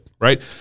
right